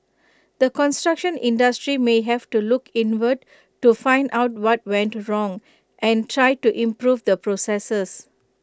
the construction industry may have to look inward to find out what went wrong and try to improve the processes